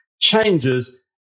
changes